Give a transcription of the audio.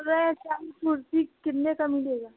बोल रहें कि हम कुर्सी कितने की मिलेगी